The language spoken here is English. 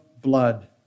blood